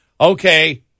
okay